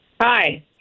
Hi